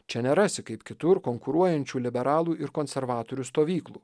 čia nerasi kaip kitur konkuruojančių liberalų ir konservatorių stovyklų